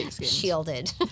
shielded